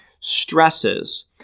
stresses